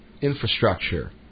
infrastructure